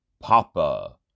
Papa